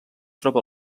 troba